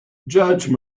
judge